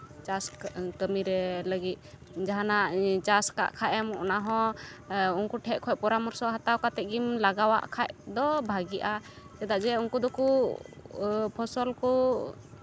ᱪᱟᱥ ᱠᱟᱹᱢᱤᱨᱮ ᱞᱟᱹᱜᱤᱫ ᱡᱟᱦᱟᱱᱟᱜ ᱪᱟᱥ ᱟᱠᱟᱫ ᱠᱷᱟᱱᱮᱢ ᱚᱱᱟᱦᱚᱸ ᱩᱱᱠᱩ ᱴᱷᱮᱡ ᱠᱷᱚᱡ ᱯᱚᱨᱟᱢᱚᱨᱥᱚ ᱦᱟᱛᱟᱣ ᱠᱟᱛᱮᱜ ᱜᱮᱢ ᱞᱟᱜᱟᱣᱟᱫ ᱠᱷᱟᱱᱫᱚ ᱵᱷᱟᱜᱮᱜᱼᱟ ᱪᱮᱫᱟᱜ ᱡᱮ ᱩᱱᱠᱩ ᱫᱚᱠᱚ ᱯᱷᱚᱥᱚᱞ ᱠᱚ